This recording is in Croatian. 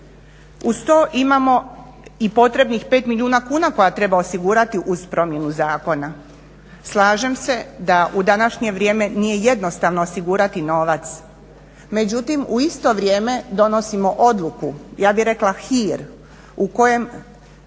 Uz to imamo i potrebnih 5 milijuna kuna koja treba osigurati uz promjenu zakona. Slažem se da u današnje vrijeme nije jednostavno osigurati novac. Međutim, u isto vrijeme donosimo odluku, ja bih rekla hir u kojem